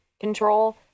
control